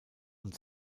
und